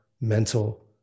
mental